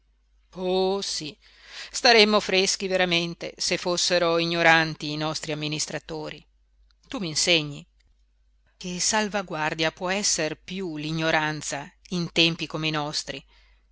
sí staremmo freschi veramente se fossero ignoranti i nostri amministratori tu m'insegni che salvaguardia può esser piú l'ignoranza in tempi come i nostri